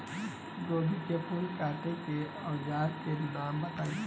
गोभी के फूल काटे के औज़ार के नाम बताई?